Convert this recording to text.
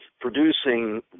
producing